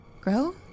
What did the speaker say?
Grow